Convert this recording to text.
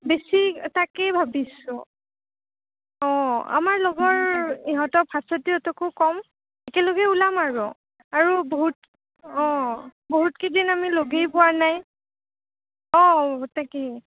বেছি তাকেই ভাবিছোঁ অঁ আমাৰ লগৰ ইহঁতক ভাস্বতীহঁতকো ক'ম একেলগে ওলাম আৰু আৰু বহুত অঁ বহুতকেইদিন আমি লগেই পোৱা নাই অঁ তাকে